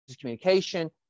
communication